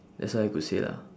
that's all I could say lah